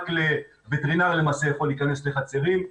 רק וטרינר יכול להכנס לחצרים.